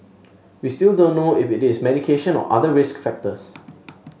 we still don't know if it is medication or other risk factors